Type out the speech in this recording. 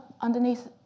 underneath